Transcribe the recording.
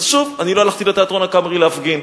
אז, שוב, לא הלכתי לתיאטרון "הקאמרי" להפגין.